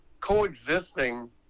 coexisting